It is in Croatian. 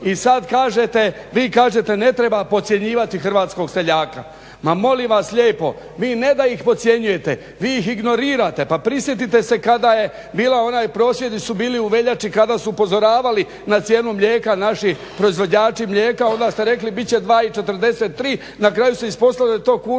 i sada kažete vi kažete ne treba podcjenjivati hrvatskog seljaka. Ma molim vas lijepo vi ne da ih podcjenjujete vi ih ignorirate. Pa prisjetite se kada su bili oni prosvjedi u veljači kada su upozoravali na cijenu mlijeka naši proizvođači mlijeka, onda ste rekli bit će 2,43, na kraju se ispostavilo